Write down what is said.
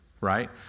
right